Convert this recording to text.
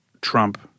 Trump